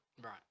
right